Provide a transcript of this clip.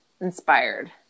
inspired